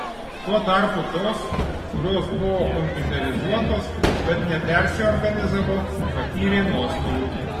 tuo tarpu tos kurios buvo kompiuterizuotos bet nepersiorganizavo patyrė nuostolių